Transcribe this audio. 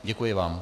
Děkuji vám.